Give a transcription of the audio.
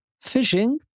fishing